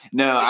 no